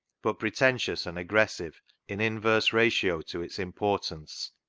but pretentious and aggressive in inverse ratio to its import ance,